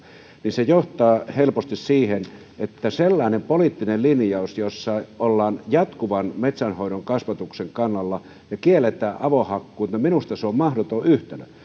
niin se johtaa helposti siihen että on mahdoton sellainen poliittinen linjaus jossa ollaan jatkuvan metsänhoidon kasvatuksen kannalla ja kielletään avohakkuut se on minusta mahdoton yhtälö